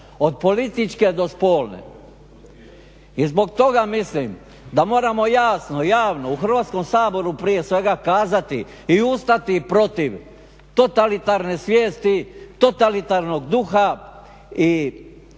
od političke do spolne. I zbog toga mislim da moramo jasno, javno u Hrvatskom saboru prije svega kazati i ustati protiv totalitarne svijesti, totalitarnog duha i